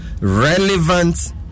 relevant